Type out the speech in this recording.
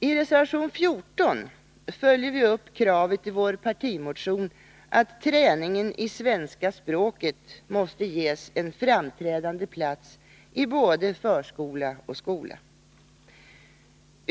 I reservation 14 följer vi upp kravet i vår partimotion att träningen i svenska språket måste ges en framträdande plats i både förskola och skola.